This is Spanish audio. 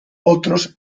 otros